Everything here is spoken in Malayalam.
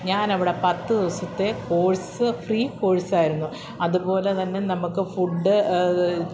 ഞാനവിടെ പത്തു ദിവസത്തെ കോഴ്സ് ഫ്രീ കോഴ്സായിരുന്നു അതുപോലെതന്നെ നമുക്ക് ഫുഡ്